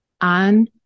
on